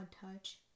Touch